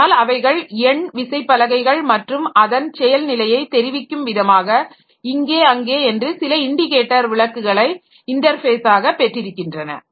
ஆனால் அவைகள் எண்விசைப்பலகைகள் மற்றும் அதன் செயல் நிலையைத் தெரிவிக்கும்விதமாக இங்கே அங்கே என்று சில இண்டிகேட்டர் விளக்குகளை இன்டர்ஃபேஸாக பெற்றிருக்கின்றன